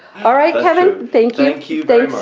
all right, kevin. thank you. thank you, baby.